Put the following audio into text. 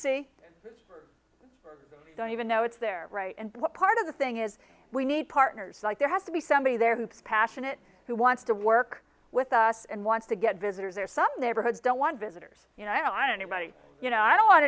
they don't even know it's there right and what part of the thing is we need partners like there has to be somebody there who passionate who wants to work with us and want to get visitors there some neighborhoods don't want visitors you know i anybody you know i don't want